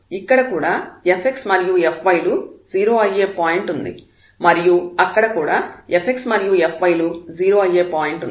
ఇక్కడ కూడా fx మరియు fy లు 0 అయ్యే పాయింట్ ఉంది మరియు అక్కడ కూడా fx మరియు fy లు 0 అయ్యే పాయింట్ ఉంది